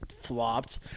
flopped